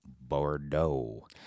Bordeaux